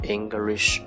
English